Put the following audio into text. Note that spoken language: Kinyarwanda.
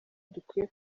dukwiye